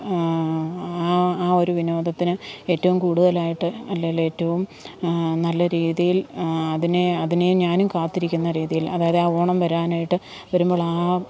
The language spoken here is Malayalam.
ആ ആ ഒരു വിനോദത്തിന് ഏറ്റവും കൂടുതലായിട്ട് അല്ലേല് ഏറ്റവും നല്ല രീതിയിൽ അതിനെ അതിനെയും ഞാനും കാത്തിരിക്കുന്ന രീതിയിൽ അതായത് ആ ഓണം വരാനായിട്ട് വരുമ്പോൾ ആ